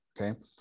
okay